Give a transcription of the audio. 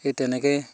সেই তেনেকৈ